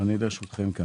אני לרשותכם.